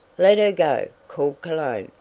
let her go! called cologne,